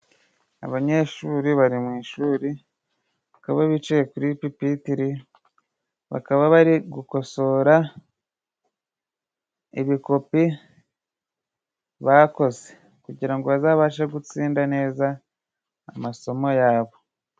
Abanyeshuri bari mu ishuri, bakaba bicaye kuri pipitire, bakaba bari gukosora ibikopi bakoze kugira ngo bazabashe gutsinda neza amasomo yabo.